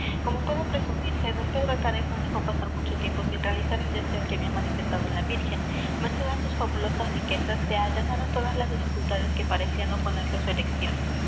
como puede presumirse don pedro atares no dejó pasar mucho tiempo sin realizar el deseo que había manifestado la virgen merced á sus fabulosas riquezas se allanaron todas las dificultades que parecían oponerse á su erección